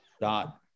Dot